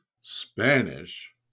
Spanish